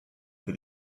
for